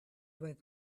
was